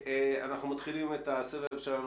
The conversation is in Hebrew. אנחנו מתחילים את הסבב שלנו.